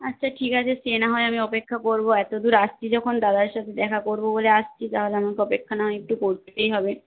আচ্ছা ঠিক আছে সে না হয় আমি অপেক্ষা করবো এত দূর আসছি যখন দাদার সাথে দেখা করবো বলে আসছি তাহলে আমাকে অপেক্ষা না হয় একটু করতেই হবে